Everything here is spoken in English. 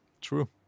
True